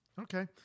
okay